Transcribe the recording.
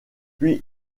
puis